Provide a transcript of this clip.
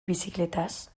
bizikletaz